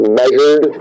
measured